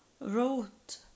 wrote